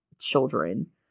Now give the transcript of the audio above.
children